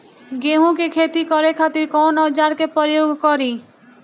गेहूं के खेती करे खातिर कवन औजार के प्रयोग करी?